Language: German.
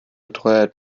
betreuer